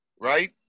right